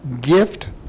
gift